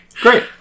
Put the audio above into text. Great